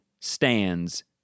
stands